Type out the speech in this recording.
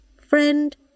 friend